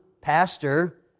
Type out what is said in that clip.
pastor